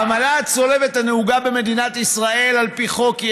העמלה הצולבת הנהוגה במדינת ישראל על פי חוק היא